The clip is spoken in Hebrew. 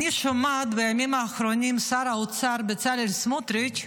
אני שומעת בימים האחרונים את שר האוצר בצלאל סמוטריץ',